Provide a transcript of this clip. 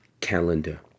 calendar